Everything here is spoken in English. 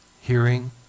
hearing